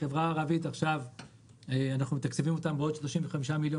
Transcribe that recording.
אגב בחברה הערבית עכשיו אנחנו מתקצבים בעוד 35 מיליון